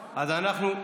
2021,